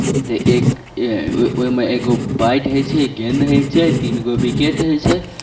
तऽ एक ओइमे एगो बैट होइ छै गेन्द होइ छै तीन गो विकेट होइ छै